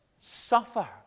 suffer